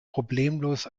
problemlos